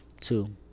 Two